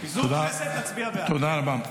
תודה רבה.